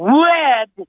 red